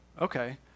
okay